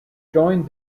joined